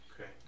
okay